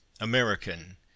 American